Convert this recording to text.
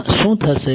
માં શું થશે